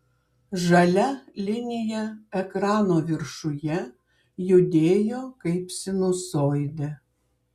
žalia linija ekrano viršuje judėjo kaip sinusoidė